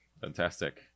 Fantastic